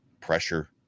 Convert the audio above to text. Pressure